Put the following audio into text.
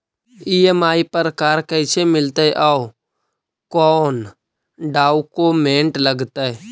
EMI पर car कैसे मिलतै औ कोन डाउकमेंट लगतै?